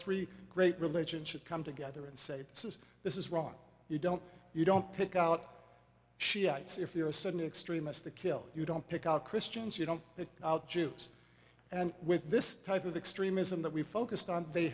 three great religion should come together and say this is this is wrong you don't you don't pick out shiites if you're a sudden extremist to kill you don't pick out christians you don't pick out jews and with this type of extremism that we focused on they